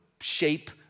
shape